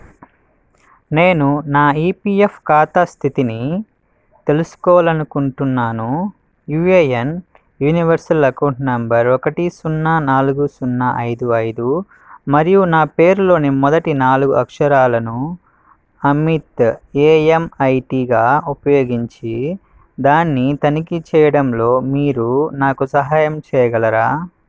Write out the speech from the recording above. నేను నా ఈపీఎఫ్ ఖాతా స్థితిని తెలుసుకోవాలనుకుంటున్నాను యూఏఎన్ యూనివర్సల్ అకౌంట్ నంబర్ ఒకటి సున్నా నాలుగు సున్నా ఐదు ఐదు మరియు నా పేరులోని మొదటి నాలుగు అక్షరాలను అమిత్ ఏఎంఐటీగా ఉపయోగించి దాన్ని తనిఖీ చేయడంలో మీరు నాకు సహాయం చేయగలరా